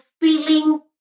feelings